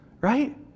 Right